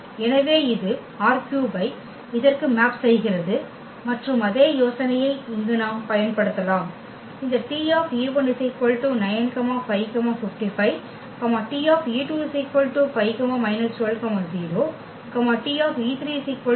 எனவே இது ℝ3ஐ இதற்கு மேப் செய்கிறது மற்றும் அதே யோசனையை இங்கு நாம் பயன்படுத்தலாம் இந்த T 9 5 55 T 5 − 12 0 T 35 27 − 42